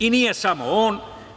I nije samo on.